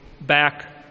back